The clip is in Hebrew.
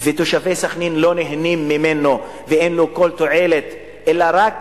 ותושבי סח'נין לא נהנים ממנו ואין להם ממנו כל תועלת אלא הם רק